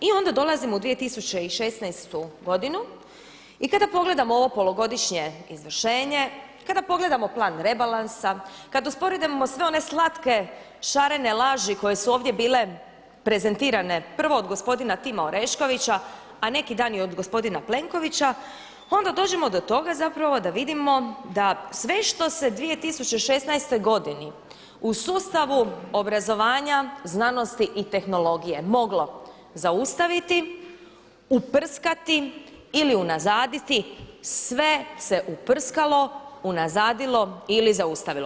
I onda dolazimo u 2016. i kada pogledamo ovo polugodišnje izvršenje, kada pogledamo plan rebalansa, kada usporedimo sve one slatke, šarene laži koje su ovdje bile prezentirane prvo od gospodina Tima Oreškovića a neki dan i od gospodina Plenkovića onda dođemo do toga zapravo da vidimo da sve što se 2016. godini u sustavu obrazovanja, znanosti tehnologije moglo zaustaviti, uprskati ili unazaditi sve se uprskalo, unazadilo ili zaustavilo.